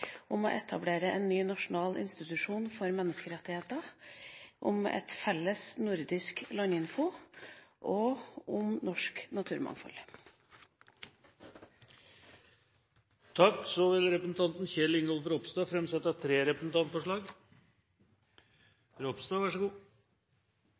om å etablere en ny nasjonal institusjon for menneskerettigheter, så forslag om fellesnordisk landinfo og til slutt forslag om norsk naturmangfold. Representanten Kjell Ingolf Ropstad vil framsette tre representantforslag.